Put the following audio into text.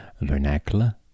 vernacular